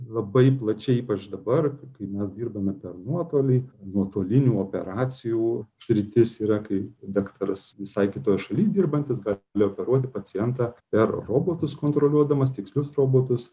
labai plačiai ypač dabar kai mes dirbame per nuotolį nuotolinių operacijų sritis yra kai daktaras visai kitoj šaly dirbantis gali operuoti pacientą per robotus kontroliuodamas tikslius robotus